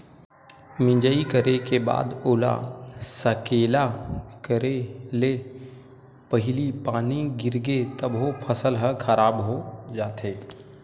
मिजई करे के बाद ओला सकेला करे ले पहिली पानी गिरगे तभो फसल ह खराब हो जाथे